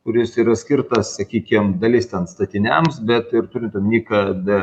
kuris yra skirtas sakykim dalis ten statiniams bet ir turint omenyje kad